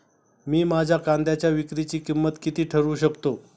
मी माझ्या कांद्यांच्या विक्रीची किंमत किती ठरवू शकतो?